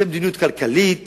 זו מדיניות כלכלית